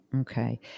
Okay